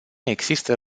există